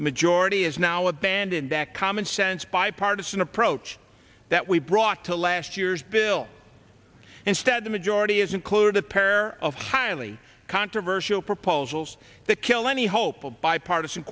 majority is now abandon that common sense bipartisan approach that we brought to last year's bill instead the majority is include a pair of highly controversial proposals that kill any hope of bipartisan